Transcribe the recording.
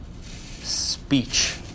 Speech